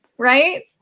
right